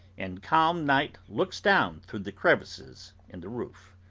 and calm night looks down through the crevices in the roof.